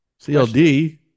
CLD